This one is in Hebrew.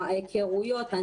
ההיכרויות,